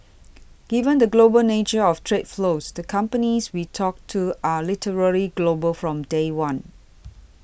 given the global nature of trade flows the companies we talk to are literally global from day one